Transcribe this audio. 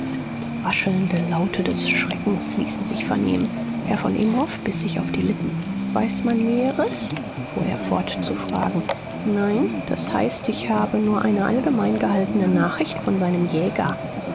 raschelnde laute des schreckens ließen sich vernehmen herr von imhoff biß sich auf die lippen weiß man näheres fuhr er fort zu fragen nein das heißt ich habe nur eine allgemein gehaltene nachricht von seinem jäger